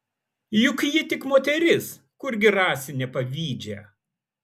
juk ji tik moteris kurgi rasi nepavydžią